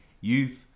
youth